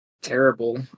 Terrible